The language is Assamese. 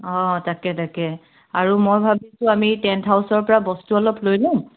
অঁ তাকে তাকে আৰু মই ভাবিছোঁ আমি টেণ্ট হাউছৰপৰা বস্তু অলপ লৈ ল'ম